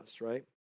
right